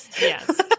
yes